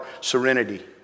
Serenity